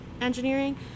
engineering